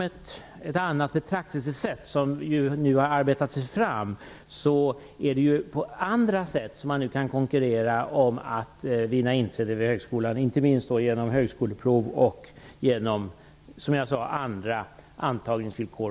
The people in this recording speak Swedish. Genom ett annat betraktelsesätt kan man nu på andra sätt konkurrera om att vinna inträde till högskola, t.ex. genom högskoleprov och andra antagningsvillkor.